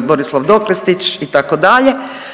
Borisav Doklestić, itd.